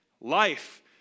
life